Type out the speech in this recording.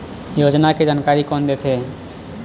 योजना के जानकारी कोन दे थे?